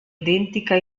identica